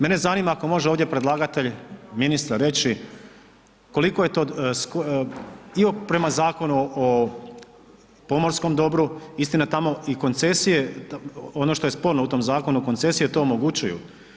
Mene zanima ako ovdje može predlagatelj ministar reći, koliko je to i prema Zakonu o pomorskom dobru, istina tamo i koncesije ono što je sporno u tom zakonu koncesije to omogućuju.